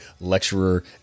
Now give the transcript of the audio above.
lecturer